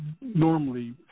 normally